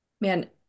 Man